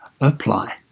apply